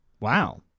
Wow